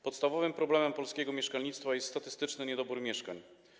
Podstawowym problemem polskiego mieszkalnictwa jest statystyczny niedobór mieszkań.